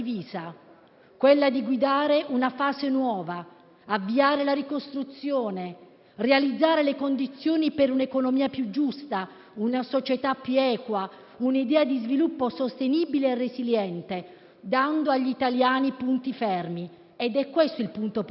quella di guidare una fase nuova, avviare la ricostruzione, realizzare le condizioni per un'economia più giusta, una società più equa, un'idea di sviluppo sostenibile e resiliente, dando agli italiani punti fermi. È questo il punto politico